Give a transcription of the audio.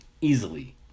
easily